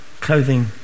clothing